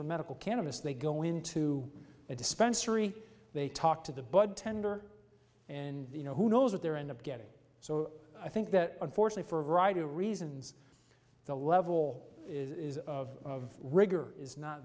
for medical cannabis they go into a dispensary they talk to the bud tender and you know who knows what their end up getting so i think that unfortunate for a variety of reasons the level of rigor is not